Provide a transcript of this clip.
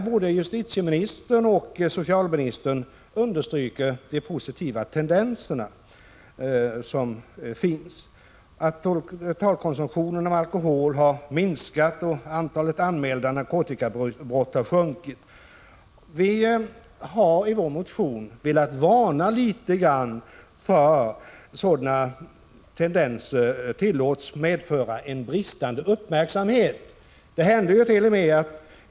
Både justitieministern och socialministern understryker den positiva tendens som redovisats. Totalkonsumtionen av alkohol har minskat. Antalet anmälda narkotikabrott har sjunkit. Vi har i vår motion velat varna litet grand för att sådana tendenser tillåts medföra en bristande uppmärksamhet.